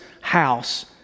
house